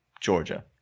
Georgia